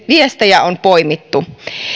viestejä on poimittu